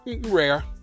Rare